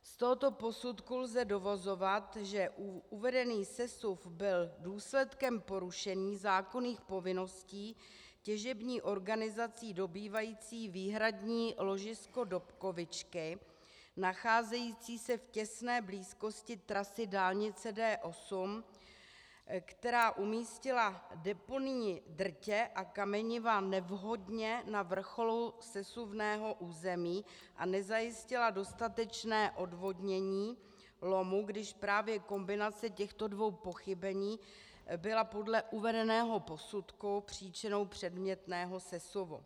Z tohoto posudku lze dovozovat, že uvedený sesuv byl důsledkem porušení zákonných povinností těžební organizací dobývající výhradní ložisko Dobkovičky nacházející se v těsné blízkosti trasy dálnice D8, která umístila deponijní drtě a kameniva nevhodně na vrcholu sesuvného území a nezajistila dostatečné odvodnění lomu, když právě kombinace těchto dvou pochybení byla podle uvedeného posudku příčinou předmětného sesuvu.